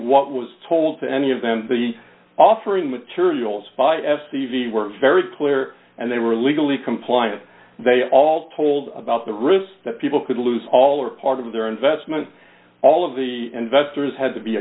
what was told to any of them the offering materials by s t v were very clear and they were legally compliant they all told about the risk that people could lose all or part of their investment all of the investors had to be